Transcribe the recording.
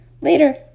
Later